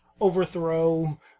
overthrow